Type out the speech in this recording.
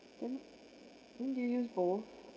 then then do you use both